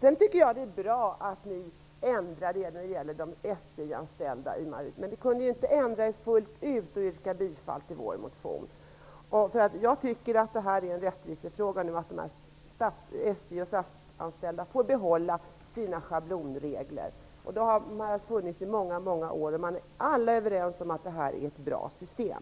Det är bra att ni ändrar er när det gäller de SJ anställda, men ni kunde tydligen inte ändra er fullt ut och yrka bifall till vår motion. Jag tycker att det är en rättvisefråga att de anställda inom SJ och SAS skall få behålla sina schablonregler. De har funnits i många många år, och alla är överens om att det är ett bra system.